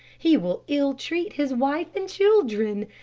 he will ill-treat his wife and children.